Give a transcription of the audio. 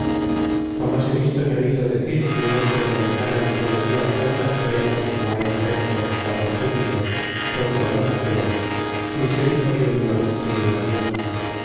jamás he visto ni oído decir que un hombre realizara en solo un día tantas proezas como ha hecho héctor caro á júpiter contra los aqueos sin ser hijo de un dios ni de una diosa